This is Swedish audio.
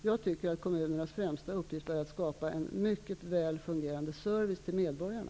Jag tycker att deras främsta uppgift är att skapa en mycket väl fungerande service för medborgarna.